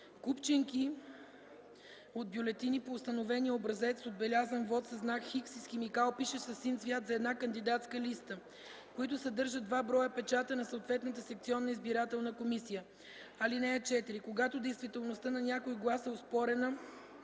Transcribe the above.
купчинки от бюлетини по установения образец с отбелязан вот със знак „Х” и с химикал, пишещ със син цвят, за една кандидатска листа, които съдържат два броя печата на съответната секционна избирателна комисия. (4) Когато действителността на някой глас е оспорена,